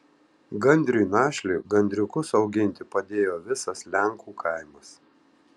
gandrui našliui gandriukus auginti padėjo visas lenkų kaimas